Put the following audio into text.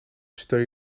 steun